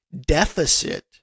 deficit